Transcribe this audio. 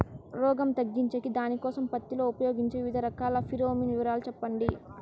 రోగం తగ్గించేకి దానికోసం పత్తి లో ఉపయోగించే వివిధ రకాల ఫిరోమిన్ వివరాలు సెప్పండి